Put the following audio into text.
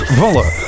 vallen